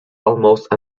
almost